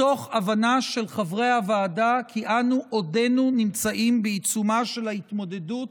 מתוך הבנה של חברי הוועדה כי אנו עודנו נמצאים בעיצומה של ההתמודדות